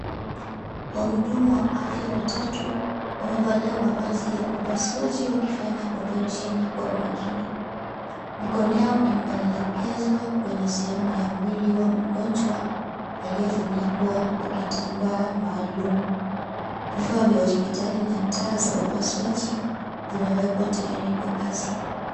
Wahudumu wa afya watatu, wamevalia mavazi ya upasuaji, wakifanya operesheni kwa makini. Mikono yao imeelekezwa kwenye sehemu ya mwili wa mgonjwa, aliyefunikwa kwa kitambaa maalum. Vifaa vya hospitali na taa za upasuaji zimewekwa tayari kwa kazi.